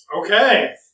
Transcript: Okay